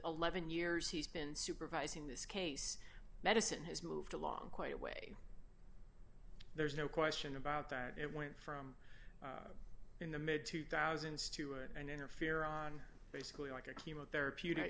eleven years he's been supervising this case medicine has moved along quite a way there's no question about that it went from in the mid two thousand stew and interferon basically like a chemotherapeutic